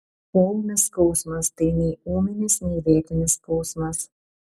poūmis skausmas tai nei ūminis nei lėtinis skausmas